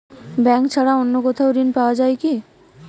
Bank ছাড়া অন্য কোথাও ঋণ পাওয়া যায় কি?